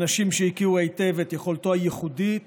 אנשים שהכירו היטב את יכולתו הייחודית